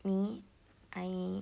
me I